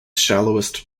shallowest